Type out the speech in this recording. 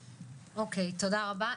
אוקיי, תודה רבה.